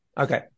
Okay